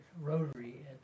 Rotary